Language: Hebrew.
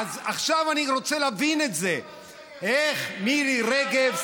עכשיו רוצה להבין איך מירי רגב,